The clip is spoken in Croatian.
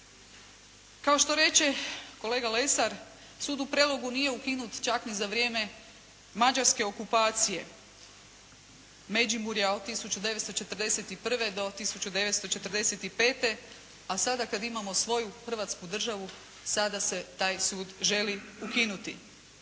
Kao što reče kolega Lesar sud u Prelogu nije ukinut čak ni za vrijeme mađarske okupacije Međimurja od 1941. do '45., a sada kada imamo svoju Hrvatsku državu sada se taj sud želi ukinuti